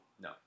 No